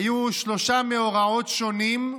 היו שלושה מאורעות שונים,